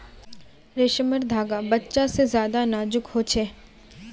रेसमर धागा बच्चा से ज्यादा नाजुक हो छे